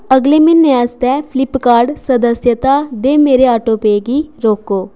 अगले म्हीने आस्तै फ्लिपकार्ट सदस्यता दे मेरे आटोपे गी रोको